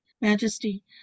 majesty